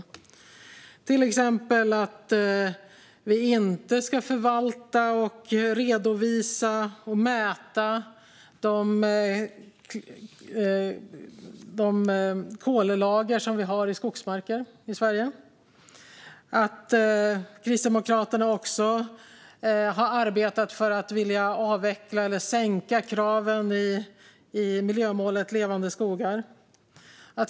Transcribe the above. Det gäller till exempel att vi inte ska förvalta, redovisa och mäta de kollager som vi har i skogsmarker i Sverige, Kristdemokraterna har också arbetat för att vilja avveckla eller sänka kraven i miljömålet Levande skogar.